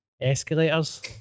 Escalators